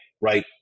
right